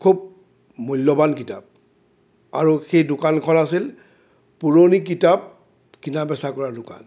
খুব মূল্যৱান কিতাপ আৰু সেই দোকানখন আছিল পুৰণি কিতাপ কিনা বেচা কৰা দোকান